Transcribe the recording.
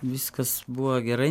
viskas buvo gerai